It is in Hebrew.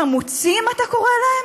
חמוצים אתה קורא להם?